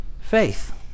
faith